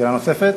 שאלה נוספת?